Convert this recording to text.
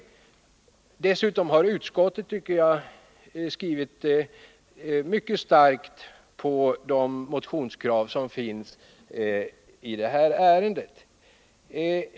För det andra har utskottet, tycker jag, mycket starkt tryckt på de motionskrav som finns i det här ärendet.